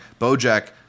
Bojack